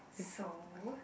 so